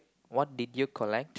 what did you collect